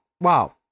wow